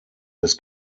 des